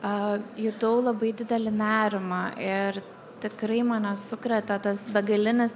a jutau labai didelį nerimą ir tikrai mane sukrėtė tas begalinis